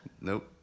Nope